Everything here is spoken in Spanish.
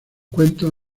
cuentos